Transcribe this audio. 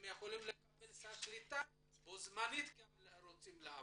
הם יכולים לקבל סל קליטה ובו זמנית רוצים לעבוד.